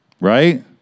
right